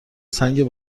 سنگ